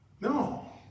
No